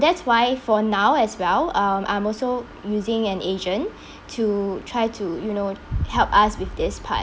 that's why for now as well um I'm also using an agent to try to you know help us with this part